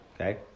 Okay